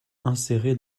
inséré